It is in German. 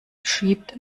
schiebt